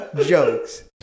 Jokes